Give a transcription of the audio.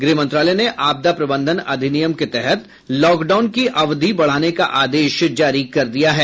गृह मंत्रालय ने आपदा प्रबंधन अधिनियम के तहत लॉकडाउन की अवधि बढ़ाने का आदेश जारी कर दिया है